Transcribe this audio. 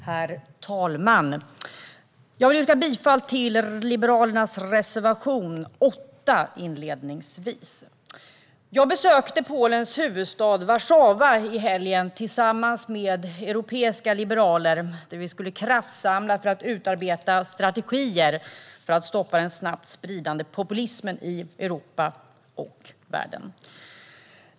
Herr talman! Inledningsvis yrkar jag bifall till Liberalernas reserva-tion 8. Jag besökte Polens huvudstad Warszawa i helgen tillsammans med europeiska liberaler. Vi skulle kraftsamla för att utarbeta strategier för att stoppa den populism som snabbt sprider sig i Europa och världen.